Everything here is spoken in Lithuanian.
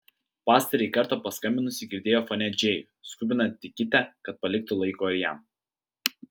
pastarąjį kartą paskambinusi girdėjo fone džėjų skubinantį kitę kad paliktų laiko ir jam